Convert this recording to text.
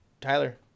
Tyler